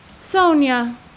Sonia